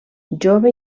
jove